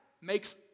makes